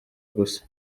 gusa